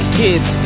kids